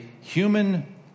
human